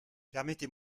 permettez